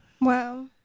Wow